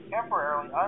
temporarily